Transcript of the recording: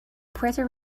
puerto